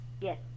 Yes